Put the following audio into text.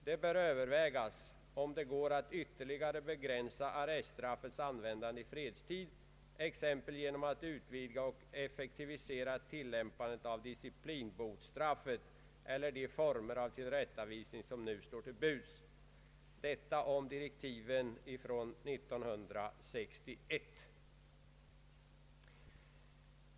Det bör övervägas, om det går att ytterligare begränsa arreststraffets användande i fredstid, exempelvis genom att utvidga och effektivisera tillämpandet av disciplinbotsstraffet eller de former av tillrättavisning som nu står till buds.” Detta om direktiven från 1961.